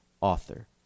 author